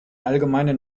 allgemeine